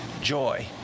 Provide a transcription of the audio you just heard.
joy